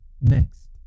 next